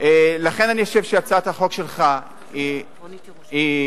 לכן אני חושב שהצעת החוק שלך היא מצוינת,